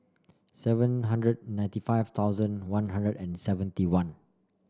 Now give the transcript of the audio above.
seven hundred ninety five thousand One Hundred and seventy one